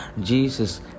Jesus